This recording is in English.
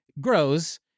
Grows